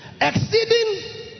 exceeding